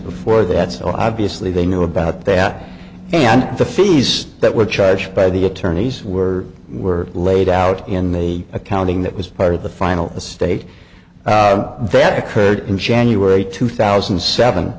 before that so obviously they knew about that and the fees that were charged by the attorneys were were laid out in the accounting that was part of the final the state that occurred in january two thousand and seven